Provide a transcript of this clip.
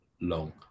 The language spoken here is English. long